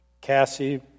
Cassie